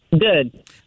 Good